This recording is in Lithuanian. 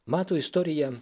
mato istorija